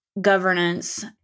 governance